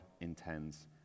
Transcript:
intends